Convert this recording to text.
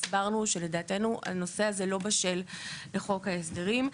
הסברנו שלדעתנו הנושא הזה לא בשל לחוק ההסדרים.